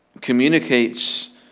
communicates